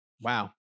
Wow